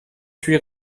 huit